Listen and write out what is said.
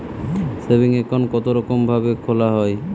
Saving account কতরকম ভাবে খোলা য়ায়?